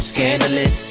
Scandalous